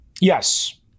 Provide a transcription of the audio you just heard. Yes